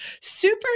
super